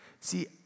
See